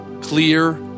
clear